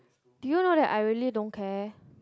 do you know that I really don't care